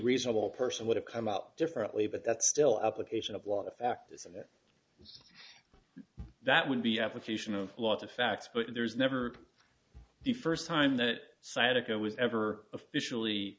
reasonable person would have come out differently but that's still application of lot of factors and that would be application of a lot of facts but there was never the first time that cytochrome was ever officially